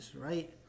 right